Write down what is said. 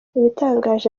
igitangaje